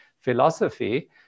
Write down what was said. philosophy